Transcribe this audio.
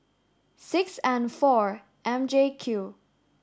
six N four M J Q